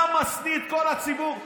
אתה משניא את כל הציבור המסורתי,